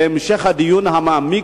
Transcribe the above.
להמשך הדיון המעמיק,